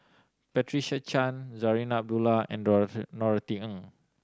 Patricia Chan Zarinah Abdullah and Norothy Ng